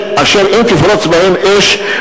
אשר אם תפרוץ בהם אש,